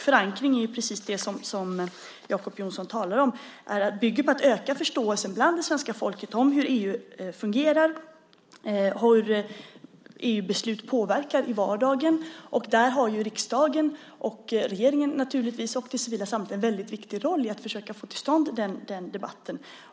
Förankring bygger, precis som Jacob Johnson talar om, på att öka förståelsen hos svenska folket för hur EU fungerar och hur EU-beslut påverkar i vardagen. Där har riksdagen och regeringen, och naturligtvis det civila samhället, en väldigt viktig roll i att försöka få till stånd den debatten.